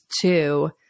two